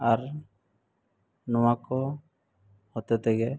ᱟᱨ ᱱᱚᱣᱟ ᱠᱚ ᱦᱚᱛᱮ ᱛᱮᱜᱮ